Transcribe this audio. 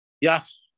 Yes